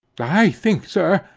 i think, sir,